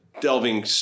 delving